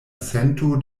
sento